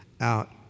out